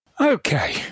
Okay